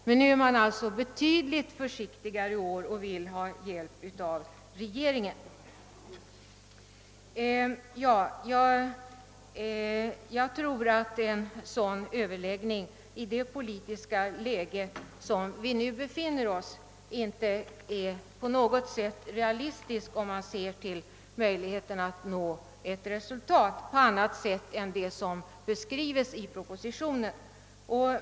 Men i år är man alltså betydligt försiktigare och vill ha hjälp av regeringen. Jag tror emellertid att överläggningar av detta slag i det politiska läge, som vi nu befinner oss i, inte innebär realistiska möjligheter att nå resultat på annat sätt än som beskrivs i propositionen. Herr talman!